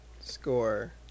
score